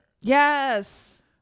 Yes